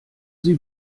sie